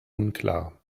unklar